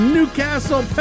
Newcastle